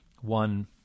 one